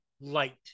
light